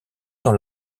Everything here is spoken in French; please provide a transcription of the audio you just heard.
dans